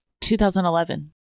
2011